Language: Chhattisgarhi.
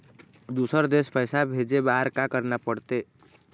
दुसर देश पैसा भेजे बार का करना पड़ते?